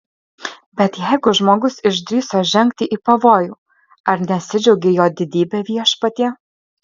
bet jeigu žmogus išdrįso žengti į pavojų ar nesidžiaugei jo didybe viešpatie